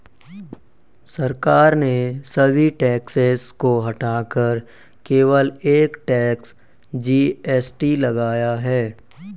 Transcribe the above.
सरकार ने सभी टैक्सेस को हटाकर केवल एक टैक्स, जी.एस.टी लगाया है